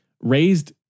Raised